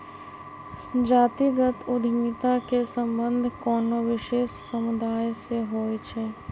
जातिगत उद्यमिता के संबंध कोनो विशेष समुदाय से होइ छै